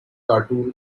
cartoon